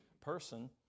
person